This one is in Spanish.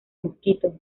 mosquito